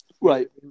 Right